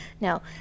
Now